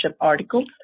articles